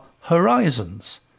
horizons